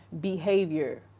behavior